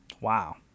Wow